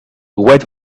wait